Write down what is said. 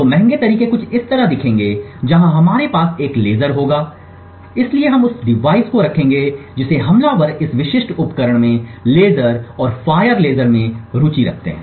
तो महंगे तरीके कुछ इस तरह दिखेंगे जहाँ हमारे पास एक लेज़र होगा इसलिए हम उस डिवाइस को रखेंगे जिसे हमलावर इस विशिष्ट उपकरण में लेज़र और फायर लेज़र में रुचि रखते हैं